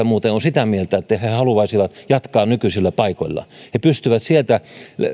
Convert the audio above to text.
muuten on sitä mieltä että he haluaisivat jatkaa nykyisillä paikoillaan he pystyvät sieltä